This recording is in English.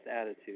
attitude